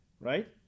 right